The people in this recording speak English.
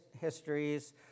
histories